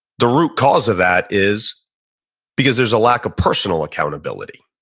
the root cause of that is because there's a lack of personal accountability.